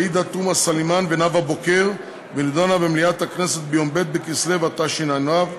עאידה תומא סלימאן ונאוה בוקר ונדונו במליאת הכנסת ביום ב' בכסלו תשע"ו,